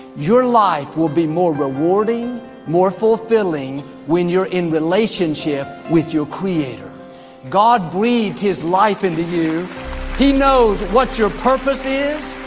your life will be more rewarding more fulfilling when you're in relationship with your creator god breathed his life into you he knows what your purpose is.